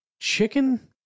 Chicken